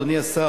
אדוני השר,